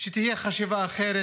שתהיה חשיבה אחרת,